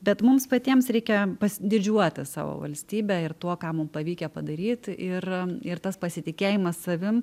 bet mums patiems reikia didžiuotis savo valstybe ir tuo ką mum pavykę padaryt ir ir tas pasitikėjimas savim